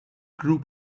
group